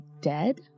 dead